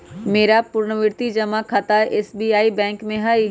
मेरा पुरनावृति जमा खता एस.बी.आई बैंक में हइ